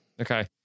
Okay